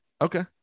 Okay